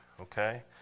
okay